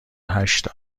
هشت